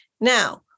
Now